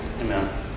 Amen